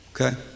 Okay